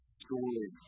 story